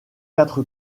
quatre